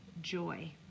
joy